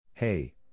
hey